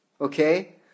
okay